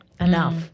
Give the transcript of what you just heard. enough